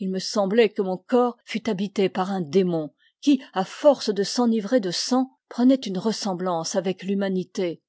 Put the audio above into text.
il me semblait que mon corps fût hamté par un démon qui à force de s'enivrer de sang prenait une ressemblance avec l'humanité